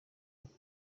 uko